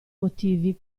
motivi